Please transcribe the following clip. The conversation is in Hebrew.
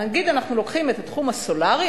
נגיד שאנחנו לוקחים את התחום הסולרי,